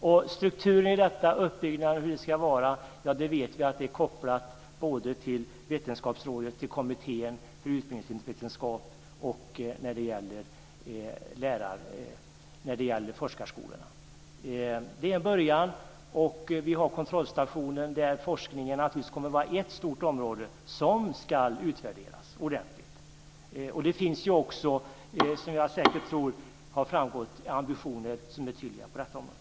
Och vi vet att frågan om hur uppbyggnaden av forskarskolorna ska ske är kopplad både till Vetenskapsrådet och Kommittén för utbildningsvetenskap. Detta är en början. Vi har en kontrollstation där forskningen naturligtvis kommer att vara ett stort område som ska utvärderas ordentligt. Det finns också, som jag säkert tror har framgått, ambitioner som är tydliga på detta område.